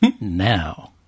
now